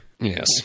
Yes